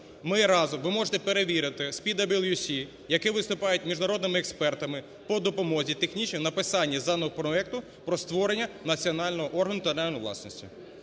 Ми разом, ви можете перевірити, с "PwC", які виступають міжнародними експертами по допомозі технічній в написанні законопроекту про створення національного органу інтелектуальної власності.